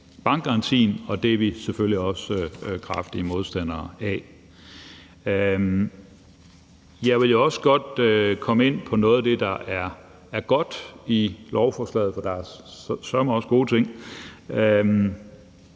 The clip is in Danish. bankgarantien, og det er vi selvfølgelig også kraftige modstandere af. Jeg vil også godt komme ind på noget af det, der er godt i lovforslaget. For der er søreme også gode ting.